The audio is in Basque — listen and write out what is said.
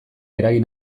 eragin